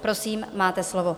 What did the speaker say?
Prosím, máte slovo.